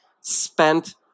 spent